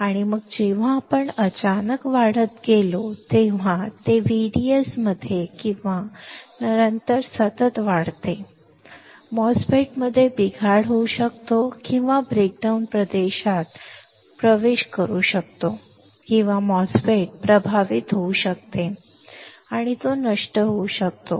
आणि मग जेव्हा आपण अचानक वाढत गेलो तेव्हा ते VDS मध्ये किंवा नंतर सतत वाढते आणि MOSFET मध्ये बिघाड होऊ शकतो किंवा ब्रेकडाउन प्रदेशात प्रवेश करू शकतो किंवा MOSFET प्रभावित होऊ शकतो आणि तो नष्ट होऊ शकतो